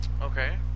Okay